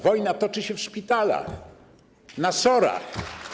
Wojna toczy się w szpitalach, na SOR-ach.